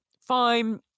fine